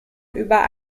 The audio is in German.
über